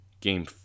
Game